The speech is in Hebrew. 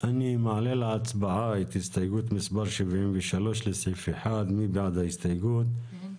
אני מעלה להצבעה את הסתייגות מספר 63 לסעיף 1. לא,